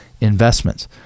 investments